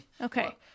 Okay